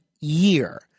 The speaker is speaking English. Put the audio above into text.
year